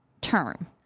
term